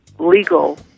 legal